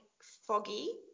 foggy